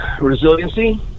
Resiliency